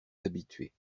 habitués